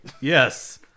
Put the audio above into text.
Yes